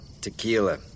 tequila